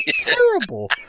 terrible